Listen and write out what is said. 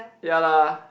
ya lah